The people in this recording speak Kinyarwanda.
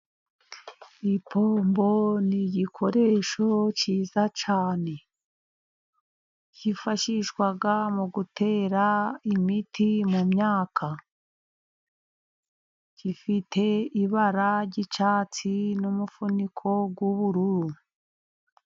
Ipombo ni igikoresho cyiza cyane, kifashishwa mu gutera imiti mu myaka, gifite ibara ry'icyatsi, n'umufuniko w'ubururu.